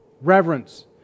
reverence